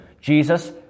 Jesus